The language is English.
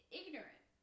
ignorant